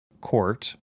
court